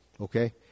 okay